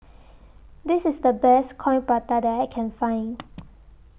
This IS The Best Coin Prata that I Can Find